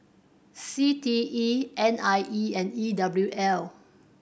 C T E N I E and E W L